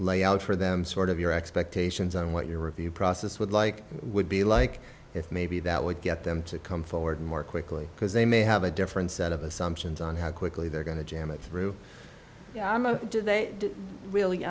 lay out for them sort of your expectations on what your review process would like would be like if maybe that would get them to come forward more quickly because they may have a different set of assumptions on how quickly they're going to jam it through yeah i'm a did they didn't really